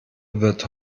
wird